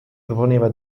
proponeva